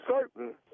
certain